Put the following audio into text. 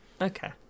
Okay